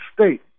state